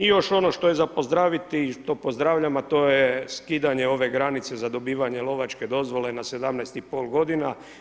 I još ono što je za pozdraviti i to pozdravljam a to je skidanje ove granice za dobivanje lovačke dozvole na 17, 5 godina.